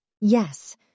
Yes